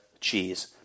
cheese